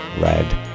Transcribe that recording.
red